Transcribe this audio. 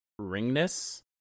Ringness